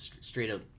straight-up